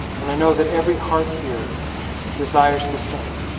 and i know that every heart here desires the same